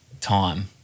time